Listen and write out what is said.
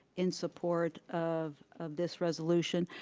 in support of of this resolution.